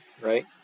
right